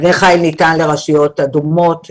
בני חיל ניתן לרשויות אדומות,